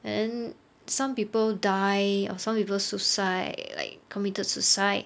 then some people die or some people suicide like committed suicide